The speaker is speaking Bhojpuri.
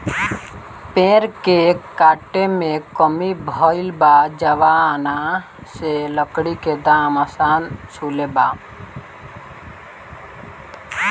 पेड़ के काटे में कमी भइल बा, जवना से लकड़ी के दाम आसमान छुले बा